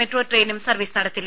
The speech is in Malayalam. മെട്രോ ട്രെയിനും സർവീസ് നടത്തില്ല